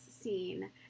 scene